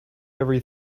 every